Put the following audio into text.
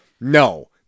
No